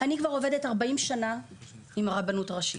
אני כבר עובדת 40 שנה עם הרבנות הראשית,